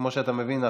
כמו שאתה מבין,